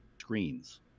screens